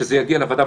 כשזה יגיע לוועדה,